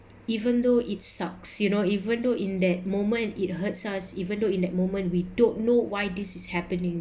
even though it sucks you know even though in that moment it hurts us even though in that moment we don't know why this is happening